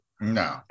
No